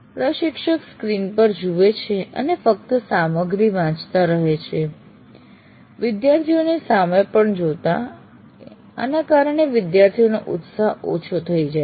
પ્રશિક્ષક સ્ક્રીન પર જુએ છે અને ફક્ત સામગ્રી વાંચતા રહે છે વિદ્યાર્થીઓની સામે પણ જોતા આના કારણે વિદ્યાર્થીઓનો ઉત્સાહ ઓછો થઇ જાય છે